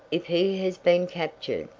if he has been captured,